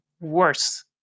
worse